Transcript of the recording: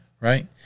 Right